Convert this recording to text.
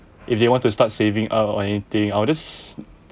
if they want to start saving up or anything I will just